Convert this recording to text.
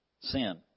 sin